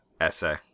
essay